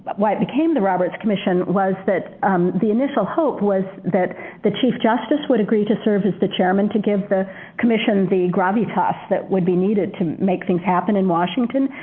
why it became the roberts commission was that the initial hope was that the chief justice would agree to serve as the chairman to give the commission the gravitas that would be needed to make things happen in washington,